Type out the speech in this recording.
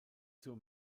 zur